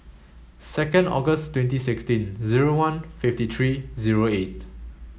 second August twenty sixteen zero one fifty three zero eight